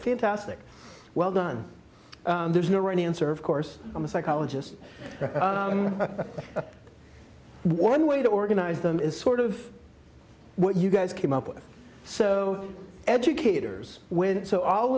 fantastic well done there's no right answer of course i'm a psychologist one way to organize them is sort of what you guys came up with so educators with so all